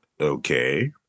okay